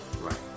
right